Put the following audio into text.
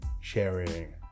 sharing